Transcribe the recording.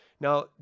Now